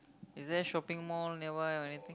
is there shopping mall that one or anything